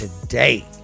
today